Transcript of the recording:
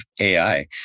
AI